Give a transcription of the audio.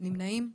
בעד פה